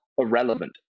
irrelevant